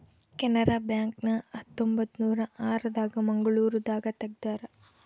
Canara bank ನ ಹತ್ತೊಂಬತ್ತನೂರ ಆರ ದಾಗ ಮಂಗಳೂರು ದಾಗ ತೆಗ್ದಾರ